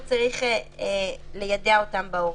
הוא צריך ליידע אותם בהוראות,